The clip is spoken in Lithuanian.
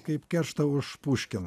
kaip kerštą už puškin